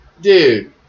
dude